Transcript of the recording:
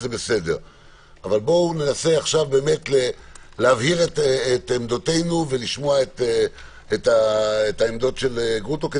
אבל בואו ננסה להבהיר את עמדותינו ולשמוע את העמדות של גרוטו.